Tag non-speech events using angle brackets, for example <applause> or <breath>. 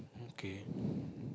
okay <breath>